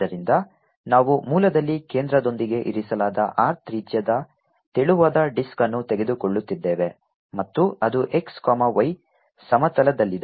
ಆದ್ದರಿಂದ ನಾವು ಮೂಲದಲ್ಲಿ ಕೇಂದ್ರದೊಂದಿಗೆ ಇರಿಸಲಾದ R ತ್ರಿಜ್ಯದ ತೆಳುವಾದ ಡಿಸ್ಕ್ ಅನ್ನು ತೆಗೆದುಕೊಳ್ಳುತ್ತಿದ್ದೇವೆ ಮತ್ತು ಅದು x y ಸಮತಲದಲ್ಲಿದೆ